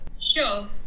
Sure